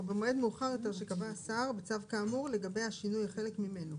או במועד מאוחר יותר שקבע השר בצו כאמור לגבי השינוי או חלק ממנו,